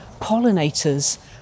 pollinators